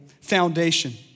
foundation